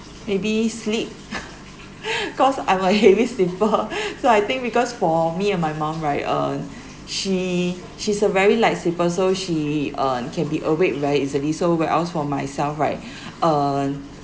maybe sleep cause I'm a heavy sleeper so I think because for me and my mum right uh she she's a very light sleeper so she um can be awake very easily so where else for myself right um